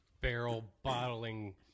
barrel-bottling